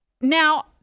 now